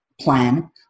plan